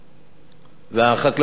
והחקלאות הולכת ומצטמצמת.